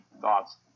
thoughts